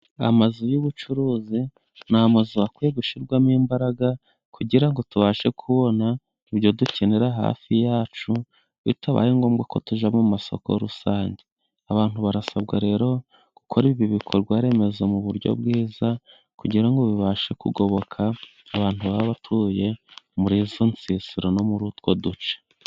Amazu y'ubucuruzi ni amazu akwiye gushyirwamo imbaraga kugira ngo tubashe kubona ibyo dukenera hafi yacu, bitabaye ngombwa ko tujya mu masoko rusange. Abantu barasabwa rero gukora ibi bikorwa remezo mu buryo bwiza, kugira ngo bibashe kugoboka abantu baba batuye muri izo nsisiro no muri utwo duce.